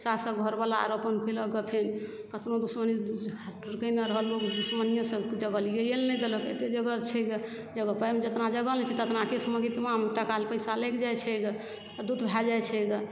सएह सब घरवला अर अपन कयलक फेन कखनो दुश्मनी कयने रहल लोक दुश्मनियेसँ जगह लिइए लै नहि देलक अते जगह छै गे जगह पाइमे जितना जगह नहि छै तितना केस मुकिदमामे टाका पैसा लागि जाइ छै गे तरद्दुत भए जाइ छै गे